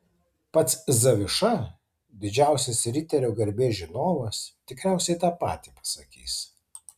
pats zaviša didžiausias riterio garbės žinovas tikriausiai tą patį pasakys